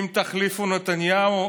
אם תחליפו את נתניהו,